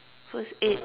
so it's eight